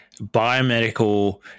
biomedical